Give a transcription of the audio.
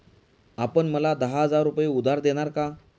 आपण मला दहा हजार रुपये उधार देणार का?